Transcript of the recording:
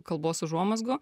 kalbos užuomazgų